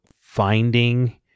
finding